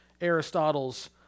Aristotle's